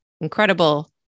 incredible